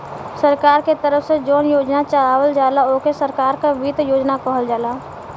सरकार के तरफ से जौन योजना चलावल जाला ओके सरकार क वित्त योजना कहल जाला